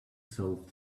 solve